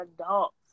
adults